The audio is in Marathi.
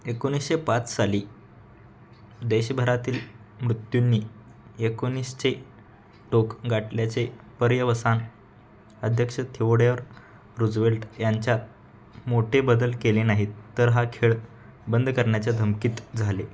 एकोणीसशे पाच साली देशभरातील मृत्यूंनी एकोणीसचे टोक गाठल्याचे पर्यवसान अध्यक्ष थेवडेयोर रूजवेल्ट यांच्यात मोठे बदल केले नाहीत तर हा खेळ बंद करण्याच्या धमकीत झाले